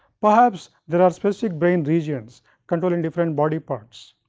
perhaps there are specific brain regions controlling different body parts.